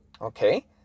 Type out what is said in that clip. okay